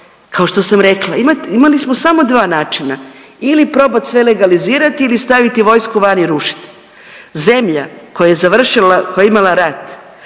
kao što sam rekla imali smo samo dva načina. Ili probat sve legalizirati ili staviti vojsku van i rušiti. Zemlja koja je završila,